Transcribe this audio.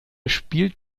spielt